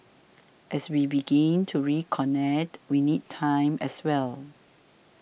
as we begin to reconnect we need time as well